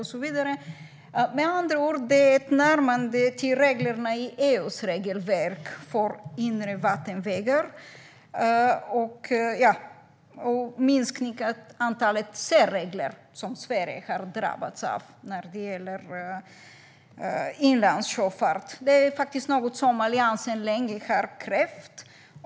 Med andra ord är det ett närmande till reglerna i EU:s regelverk för inre vattenvägar och en minskning av antalet särregler. Sverige har drabbats av många sådana när det gäller inlandssjöfart. Det här är något som Alliansen länge har krävt.